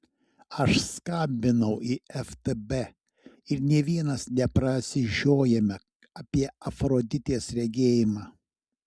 aš skambinu į ftb ir nė vienas neprasižiojame apie afroditės regėjimą